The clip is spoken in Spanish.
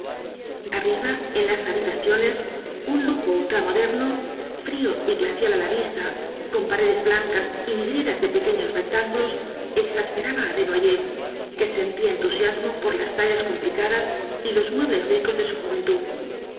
arriba en las habitaciones un lujo ultramoderno frío y glacial á la vista con paredes blancas y vidrieras de pequeños rectángulos exasperaba á desnoj'ers que sentía entusiasmo por las tallas complicadas y los muebles ricos de su juventud